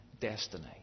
destiny